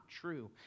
true